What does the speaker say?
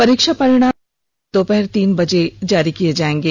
परीक्षा परिणाम दोपहर तीन बजे जारी किए जाएंगे